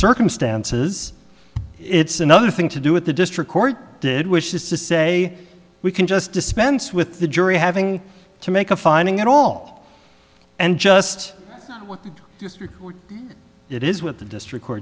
circumstances it's another thing to do it the district court did which is to say we can just dispense with the jury having to make a finding at all and just what it is what the district